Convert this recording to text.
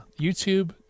YouTube